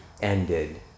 ended